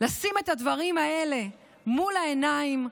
לשים את הדברים האלה מול העיניים,